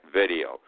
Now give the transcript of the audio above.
video